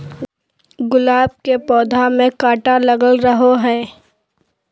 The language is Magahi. गुलाब के पौधा में काटा लगल रहो हय